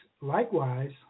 likewise